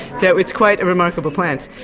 so it's quite a remarkable plant.